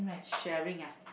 sharing ah